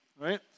Right